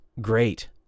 great